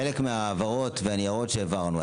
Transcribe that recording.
חלק מההבהרות והניירות שהבהרנו,